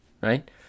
right